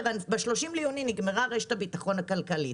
ב-30 ביוני נגמרה רשת הביטחון הכלכלית,